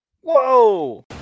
whoa